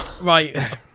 Right